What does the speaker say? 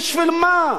בשביל מה?